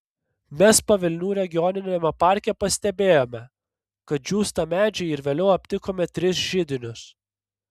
mes pavilnių regioniniame parke pastebėjome kad džiūsta medžiai ir vėliau aptikome tris židinius